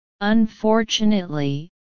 Unfortunately